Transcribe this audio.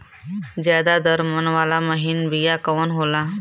ज्यादा दर मन वाला महीन बिया कवन होला?